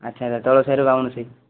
ଆଚ୍ଛା ଆଚ୍ଛା ତଳସାହିର ବ୍ରାହ୍ମଣ ସାହି